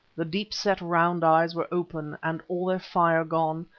the deep-set round eyes were open and, all their fire gone,